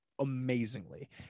amazingly